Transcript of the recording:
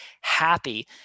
happy